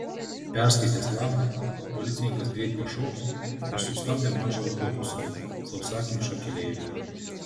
perskaitęs lapą policininkas greit pašoko ir sustabdė mažą autobusą sausakimšą keleivių